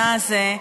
נה הזה,